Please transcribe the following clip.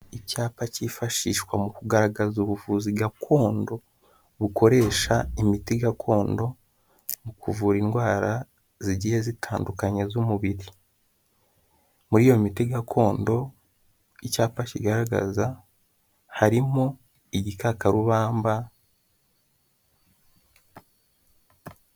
Icyapa cyifashishwa mu kugaragaza ubuvuzi gakondo, bukoresha imiti gakondo, mu kuvura indwara zigiye zitandukanya z'umubiri, muri iyo miti gakondo icyapa kigaragaza harimo igikakarubamba.